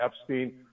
Epstein